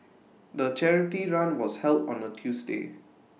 the charity run was held on A Tuesday